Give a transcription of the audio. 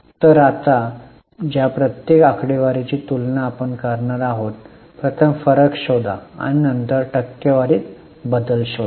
तर आता ज्या प्रत्येक आकडेवारीची आपण तुलना करणार आहोत प्रथम फरक शोधा आणि नंतर टक्केवारीत बदल शोधा